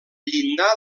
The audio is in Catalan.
llindar